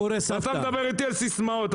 אתה מדבר איתי על סיסמאות,